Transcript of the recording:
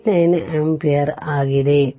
89 ampere ಆಗಿದೆ